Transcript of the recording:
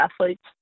athletes